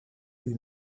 lui